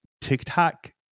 TikTok